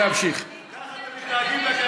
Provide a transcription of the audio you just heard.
כך אתם מתנהגים לגליל.